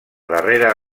darrera